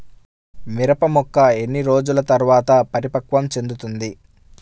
మిరప మొక్క ఎన్ని రోజుల తర్వాత పరిపక్వం చెందుతుంది?